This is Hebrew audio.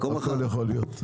הכול יכול להיות.